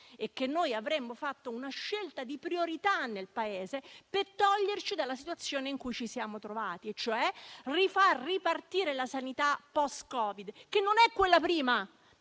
e che noi avremmo fatto una scelta di priorità nel Paese per toglierci dalla situazione in cui ci siamo trovati, e cioè rifar ripartire la sanità post-Covid, che non è quella di prima,